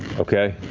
okay.